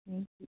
ꯎꯝ